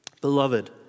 Beloved